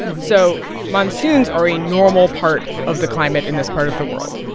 so monsoons are a normal part of the climate in this part of the world.